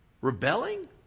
rebelling